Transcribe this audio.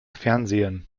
fernsehen